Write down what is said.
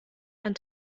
ein